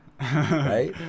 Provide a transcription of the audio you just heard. Right